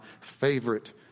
favorite